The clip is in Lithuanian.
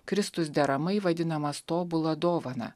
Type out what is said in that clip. kristus deramai vadinamas tobula dovana